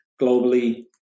globally